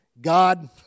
God